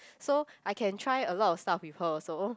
so I can try a lot of stuff with her also